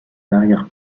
l’arrière